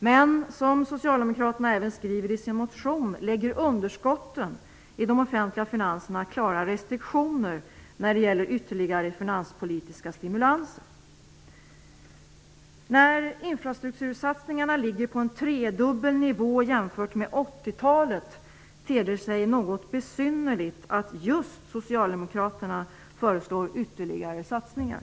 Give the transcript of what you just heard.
Men -- som Socialdemokraterna även skriver i sin motion -- underskotten i de offentliga finanserna lägger klara restriktioner när det gäller ytterligare finanspolitiska stimulanser. När infrastruktursatsningarna ligger på en tredubbel nivå jämfört med 80-talet ter det sig något besynnerligt att just Socialdemokraterna föreslår ytterligare satsningar.